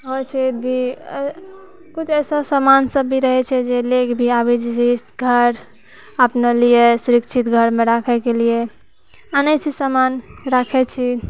आओर छै भी किछु अइसा समान सब भी रहै छै जे लऽ कऽ भी आबै छी जइसेकि घर अपना लिए सुरक्षित घरमे राखैके लिए आनै छी समान राखै छी